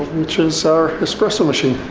which is our espresso machine.